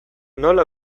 nola